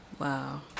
Wow